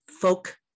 folk